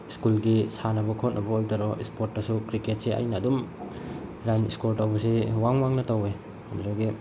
ꯁ꯭ꯀꯨꯜꯒꯤ ꯁꯥꯟꯅꯕ ꯈꯣꯠꯅꯕ ꯑꯣꯏꯕꯗꯔꯣ ꯏꯁꯄꯣꯔꯠꯇꯁꯨ ꯀ꯭ꯔꯤꯀꯦꯠꯁꯦ ꯑꯩꯅ ꯑꯗꯨꯝ ꯔꯟ ꯏꯁꯀꯣꯔ ꯇꯧꯕꯁꯤ ꯋꯥꯡ ꯋꯥꯡꯅ ꯇꯧꯋꯦ ꯑꯗꯨꯗꯒꯤ